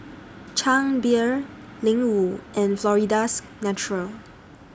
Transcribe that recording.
Chang Beer Ling Wu and Florida's Natural